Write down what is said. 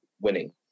winning